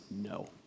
no